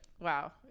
wow